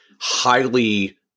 highly